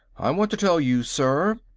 i want to tell you, sir,